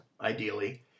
ideally